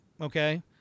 okay